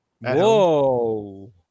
Whoa